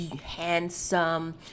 handsome